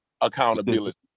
accountability